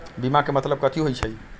बीमा के मतलब कथी होई छई?